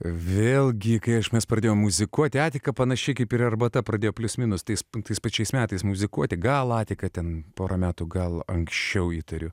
vėlgi kai aš mes pradėjome muzikuoti atiką panašiai kaip ir arbata pradėjo plius minus tais tais pačiais metais muzikuoti gal atika ten porą metų gal anksčiau įtariu